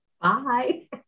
Bye